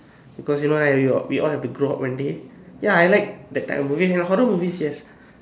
because you know right we all have to grow up one day ya I like that type of movies and horror movies yes